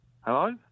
Hello